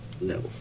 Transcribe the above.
No